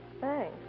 Thanks